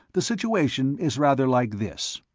the situation is rather like this,